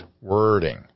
wording